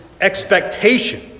expectation